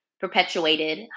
perpetuated